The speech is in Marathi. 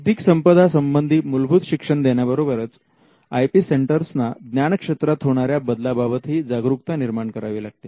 बौद्धिक संपदा संबंधी मूलभूत शिक्षण देण्याबरोबरच आय पी सेंटर्सना ज्ञान क्षेत्रात होणाऱ्या बदला बाबत ही जागरूकता निर्माण करावी लागते